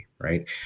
right